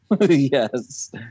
Yes